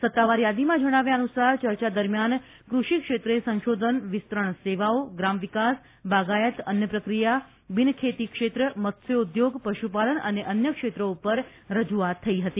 સત્તાવાર યાદીમાં જણાવ્યા અનુસાર ચર્ચા દરમિયાન ક્રષિક્ષેત્રે સંશોધન વિસ્તરણ સેવાઓ શ્રામવિકાસ બાગાયત અન્નપ્રક્રિયા બિનખેતી ક્ષેત્ર મત્સ્યોદ્યોગ પશુપાલન અને અન્ય ક્ષેત્રો પર રજૂઆત થઇ હતી